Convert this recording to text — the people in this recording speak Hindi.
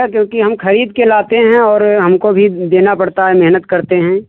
क्योंकि हम खरीद के लाते हैं और हमको भी देना पड़ता है मेहनत करते हैं